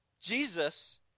Jesus